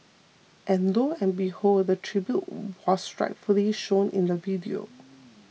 and lo and behold the tribute was rightfully shown in the video